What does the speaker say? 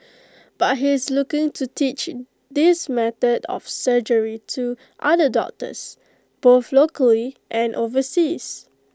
but he is looking to teach this method of surgery to other doctors both locally and overseas